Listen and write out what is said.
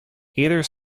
either